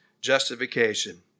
justification